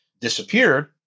disappeared